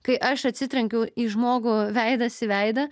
kai aš atsitrenkiau į žmogų veidas į veidą